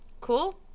Cool